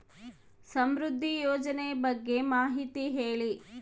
ಸಮೃದ್ಧಿ ಯೋಜನೆ ಬಗ್ಗೆ ಮಾಹಿತಿ ಹೇಳಿ?